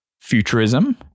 Futurism